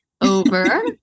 over